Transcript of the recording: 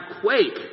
quake